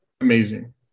Amazing